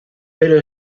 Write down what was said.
pero